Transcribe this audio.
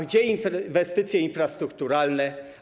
Gdzie inwestycje infrastrukturalne?